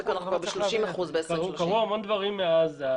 אני לא מצליח להבין את זה.